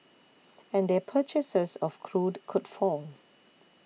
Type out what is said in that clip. and their purchases of crude could fall